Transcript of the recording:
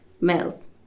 males